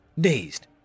dazed